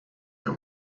and